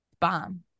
Bomb